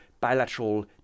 bilateral